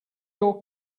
your